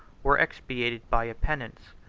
were expiated by a penance,